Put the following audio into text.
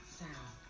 sound